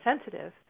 sensitive